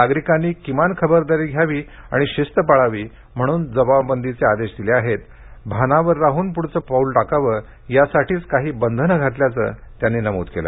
नागरिकांनी किमान खबरदारी घ्यावी आणि शिस्त पाळावी म्हणून जमावबंदीचे आदेश दिले आहेत भानावर राहून पुढचं पाऊल टाकावं यासाठीच काही बंधनं घातल्याचं त्यांनी नमूद केलं